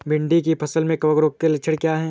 भिंडी की फसल में कवक रोग के लक्षण क्या है?